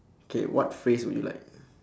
K what phrase would you like